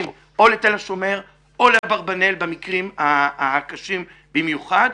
או לתל השומר או לאברבנאל במקרים הקשים במיוחד.